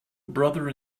brother